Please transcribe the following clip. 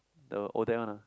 the old day one ah